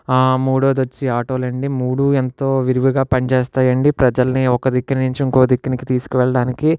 మూడోది వచ్చి ఆటోలు అండి మూడు ఎంతో విరివిగా పని చేస్తాయి అండి ప్రజలని ఒక దిక్కు నుంచి ఇంకో దిక్కుకి తీసుకు వెళ్ళడానికి